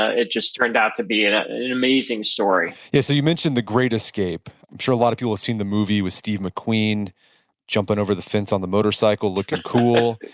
ah it just turned out to be an ah an amazing story yeah, so you mentioned the great escape, i'm sure a lot of people have seen the movie with steve mcqueen jumping over the fence on the motorcycle, looking cool